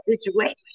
situation